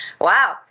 wow